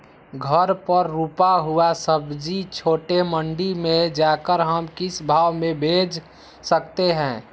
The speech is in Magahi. घर पर रूपा हुआ सब्जी छोटे मंडी में जाकर हम किस भाव में भेज सकते हैं?